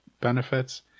Benefits